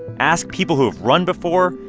ask people who have run before,